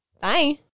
Bye